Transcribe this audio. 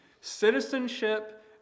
Citizenship